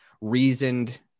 reasoned